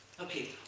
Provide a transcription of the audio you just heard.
Okay